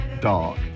dark